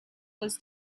was